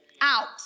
out